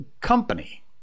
company